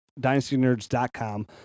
DynastyNerds.com